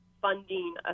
funding